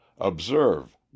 Observe